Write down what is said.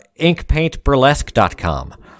inkpaintburlesque.com